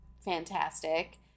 fantastic